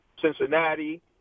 Cincinnati